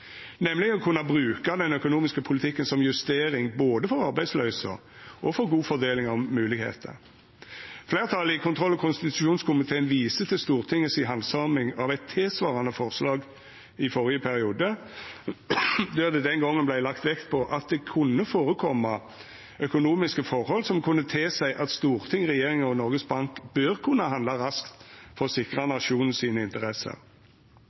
nemleg å kunna bruka den økonomiske politikken som justering både for arbeidsløysa og for god fordeling av moglegheiter. Fleirtalet i kontroll- og konstitusjonskomiteen viser til Stortinget si handsaming av eit tilsvarande forslag i førre periode, der det den gongen vart lagt vekt på at det kunne førekoma økonomiske forhold som kunne tilseia at storting, regjering og Noregs Bank bør kunna handla raskt for å sikra nasjonen sine interesser.